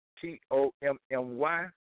T-O-M-M-Y